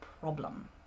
problem